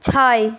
ছয়